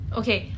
okay